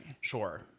Sure